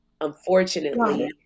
unfortunately